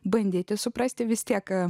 bandyti suprasti vis tiek